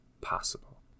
possible